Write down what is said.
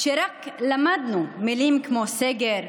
כשרק למדנו מילים כמו "סגר",